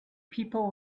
people